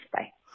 Bye